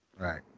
right